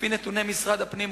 לפי נתוני משרד הפנים,